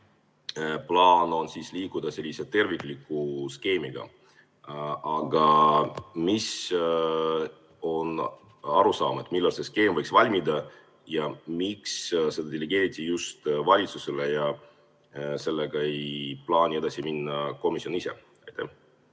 plaan on edasi liikuda sellise tervikliku skeemiga. Aga mis on arusaam, millal see skeem võiks valmida? Miks see delegeeriti just valitsusele ja miks sellega ei plaani edasi minna komisjon ise? Aitäh!